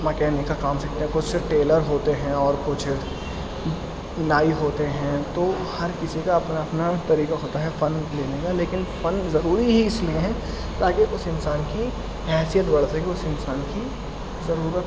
mechanic کا کام سیکھتے ہیں کچھ صرف ٹیلر ہوتے ہیں اور کچھ نائی ہوتے ہیں تو ہر کسی کا اپنا اپنا طریقہ ہوتا ہے فن لینے کا لیکن فن ضروری ہی اس لیے ہے تاکہ اس انسان کی حیثیت بڑھ سکے اس انسان کی ضرورت